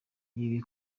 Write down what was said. ibi